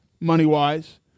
money-wise